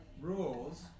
rules